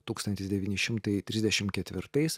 tūkstantis devyni šimtai trisdešim ketvirtais